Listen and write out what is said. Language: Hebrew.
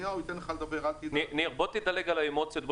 ניר, דלג על האמוציות.